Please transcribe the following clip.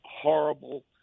horrible